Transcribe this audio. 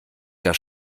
das